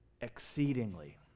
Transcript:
exceedingly